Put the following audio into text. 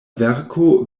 verko